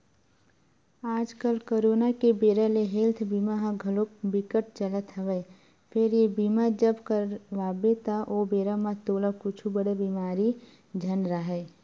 आजकल करोना के बेरा ले हेल्थ बीमा ह घलोक बिकट चलत हवय फेर ये बीमा जब करवाबे त ओ बेरा म तोला कुछु बड़े बेमारी झन राहय